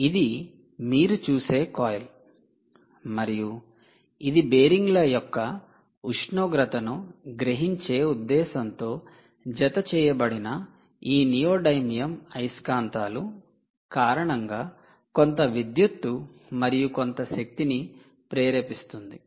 ఇది మీరు చూసే కాయిల్ మరియు ఇది బేరింగ్ల యొక్క ఉష్ణోగ్రతను గ్రహించే ఉద్దేశ్యంతో జతచేయబడిన ఈ 'నియోడైమియం అయస్కాంతాలు' కారణంగా కొంత విద్యుత్తు మరియు కొంత శక్తిని ప్రేరేపిస్తుంది